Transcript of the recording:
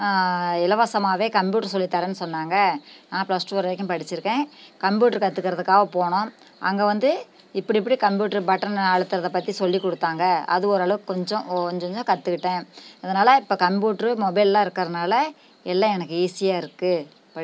இலவசமாகவே கம்ப்யூட்டரு சொல்லி தரேன்னு சொன்னாங்க நான் ப்ளஸ் டூ வரைக்கும் படிச்சுருக்கேன் கம்ப்யூட்டரு கற்றுக்கிறத்துக்காக போனோம் அங்கே வந்து இப்படி இப்படி கம்ப்யூட்டரு பட்டன் அழுத்துறத பற்றி சொல்லி கொடுத்தாங்க அது ஒரளவுக்கு கொஞ்சம் ஓ கொஞ்சம் கொஞ்சம் கற்றுக்கிட்டேன் அதனால் இப்போ கம்ப்யூட்டரு மொபைலெல்லாம் இருக்கிறனால எல்லாம் எனக்கு ஈஸியாக இருக்குது ப